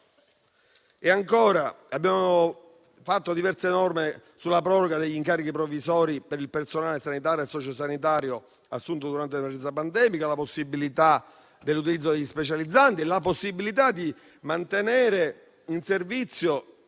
si ferma. Abbiamo approvato diverse norme per la proroga degli incarichi provvisori del personale sanitario e sociosanitario assunto durante l'emergenza pandemica, con la possibilità di utilizzo degli specializzanti, la possibilità di mantenere in servizio,